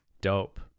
Dope